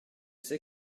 c’est